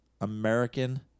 American